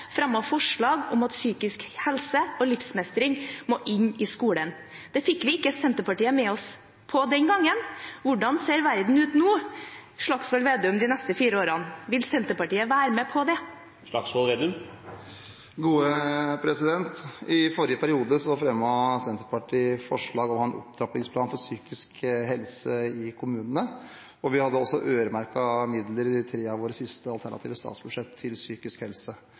fremmet forslag om at psykisk helse og livsmestring må inn i skolen. Det fikk vi ikke med oss Senterpartiet på den gangen. Hvordan ser verden ut nå de neste fire årene, Slagsvold Vedum? Vil Senterpartiet være med på det? I forrige periode fremmet Senterpartiet forslag om en opptrappingsplan for psykisk helse i kommunene, og vi øremerket også midler til psykisk helse i tre av våre siste alternative